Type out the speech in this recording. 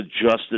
adjusted